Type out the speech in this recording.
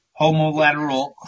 homolateral